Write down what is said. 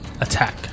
attack